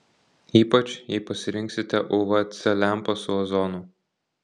ypač jei pasirinksite uv c lempą su ozonu